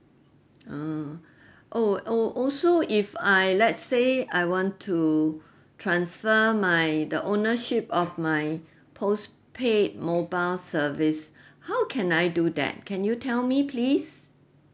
ah al~ al~ also if I let say I want to transfer my the ownership of my postpaid mobile service how can I do that can you tell me please